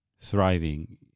thriving